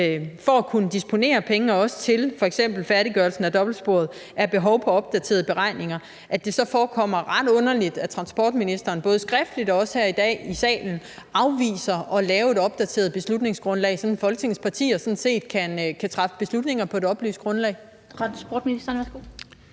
for at kunne disponere penge til f.eks. færdiggørelsen af dobbeltsporet – er behov for opdaterede beregninger, og at det forekommer ret underligt, at transportministeren både skriftligt og også her i dag i salen afviser at lave et opdateret beslutningsgrundlag, så Folketingets partier sådan set kan træffe beslutninger på et oplyst grundlag. Kl. 18:42 Den fg.